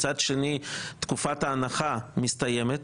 מצד שני, תקופת ההנחה של 45 יום מסתיימת,